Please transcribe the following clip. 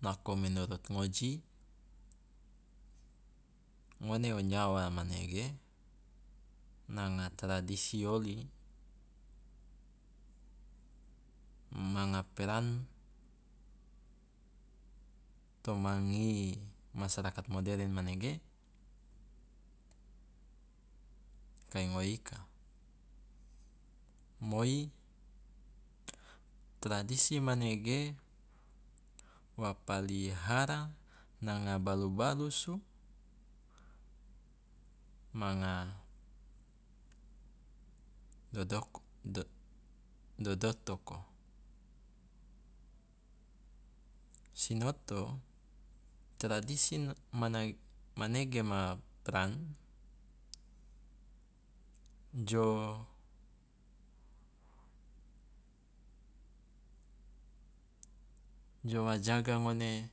Nako menurut ngoji ngone o nyawa manege nanga tradisi oli manga peran toma ngi masyarakat modern manege kai ngoe ika. Moi, tradisi manege wa palihara nanga balu balusu manga dodok do- dodotoko. Sinoto, tradisi n- manae manege ma peran jo jo a jaga ngone